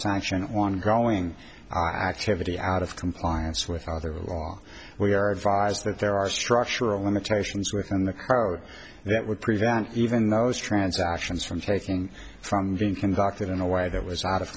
sanction ongoing activity out of compliance with either law we are advised that there are structural limitations within the crowd that would prevent even those transactions from taking from being conducted in a way that was out of